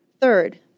Third